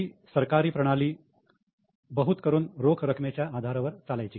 पूर्वी सरकारी प्रणाली बहुत करून रोख रकमेच्या आधारावर चालायची